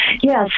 Yes